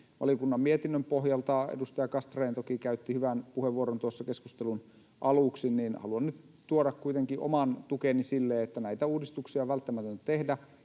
valiokunnan mietinnön pohjalta — edustaja Castrén toki käytti hyvän puheenvuoron tuossa keskustelun aluksi. Haluan nyt tuoda kuitenkin oman tukeni sille, että näitä uudistuksia on välttämätöntä tehdä,